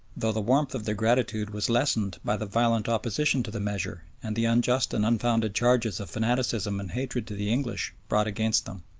though the warmth of their gratitude was lessened by the violent opposition to the measure and the unjust and unfounded charges of fanaticism and hatred to the english brought against them.